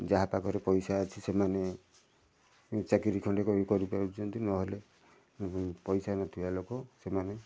ଯାହା ପାଖରେ ପଇସା ଅଛି ସେମାନେ ଚାକିରି ଖଣ୍ଡେ କରିପାରୁଛନ୍ତି ନହେଲେ ପଇସା ନଥିବା ଲୋକ ସେମାନେ